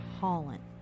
Holland